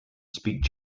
speak